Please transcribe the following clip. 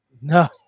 No